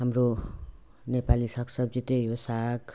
हाम्रो नेपाली सागसब्जी त्यही हो साग